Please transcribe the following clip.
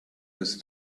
his